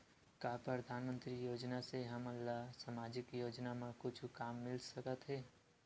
का परधानमंतरी योजना से हमन ला सामजिक योजना मा कुछु काम मिल सकत हे?